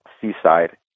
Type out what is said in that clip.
seaside